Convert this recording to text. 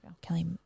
Kelly